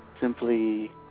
simply